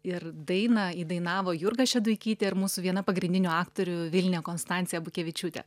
ir dainą įdainavo jurga šeduikytė ir mūsų viena pagrindinių aktorių vilnė konstancija bukevičiūtė